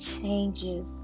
changes